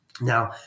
Now